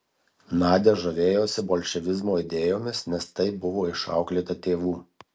nadia žavėjosi bolševizmo idėjomis nes taip buvo išauklėta tėvų